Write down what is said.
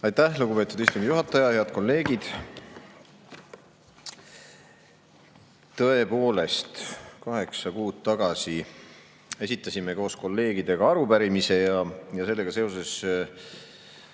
Aitäh, lugupeetud istungi juhataja! Head kolleegid! Tõepoolest, kaheksa kuud tagasi esitasime koos kolleegidega arupärimise ja sellega seoses